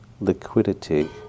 liquidity